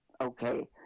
okay